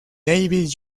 davis